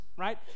right